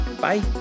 Bye